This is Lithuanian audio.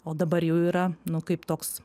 o dabar jau yra nu kaip toks